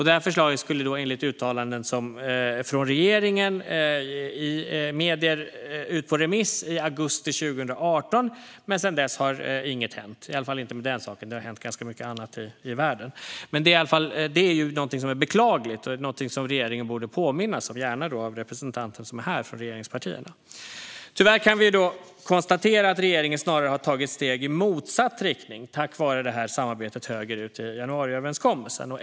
Detta förslag skulle enligt uttalanden från regeringen i medierna ut på remiss i augusti 2018, men sedan dessa har inget hänt i denna sak - även om det har hänt ganska mycket annat i världen. Det är beklagligt och något som regeringen borde påminnas om, gärna av de representanter för regeringspartierna som är här. Vi kan tyvärr konstatera att regeringen snarare har tagit steg i motsatt riktning på grund av samarbetet högerut i januariöverenskommelsen.